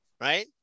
right